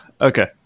okay